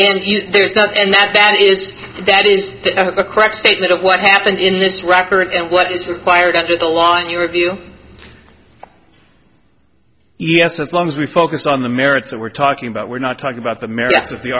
and there is not and that is that is a correct statement of what happened in this record and what is required under the law in your view yes as long as we focus on the merits that we're talking about we're not talking about the